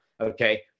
Okay